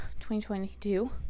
2022